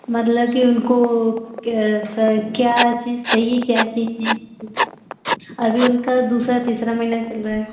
मतलब की उनको कैसे क्या चीज़ सही है क्या चीज़ नहीं अभी उनका दूसरा तीसरा महीना चल रहा है